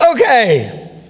okay